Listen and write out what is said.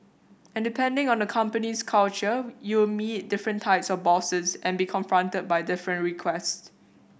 and depending on a company's culture you'll meet different types of bosses and be confronted by different requests